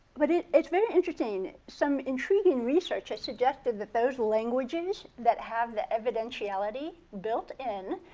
but it's it's very interesting. some intriguing research has suggested that those languages that have the evidentiality built in,